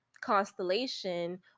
constellation